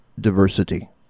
diversity